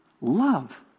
love